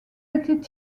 étaient